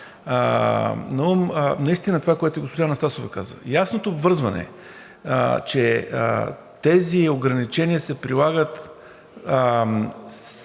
наистина това, което и госпожа Анастасова каза, ясното обвързване, че тези ограничения се прилагат